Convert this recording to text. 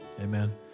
Amen